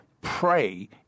pray